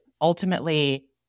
ultimately